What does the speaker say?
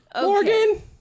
Morgan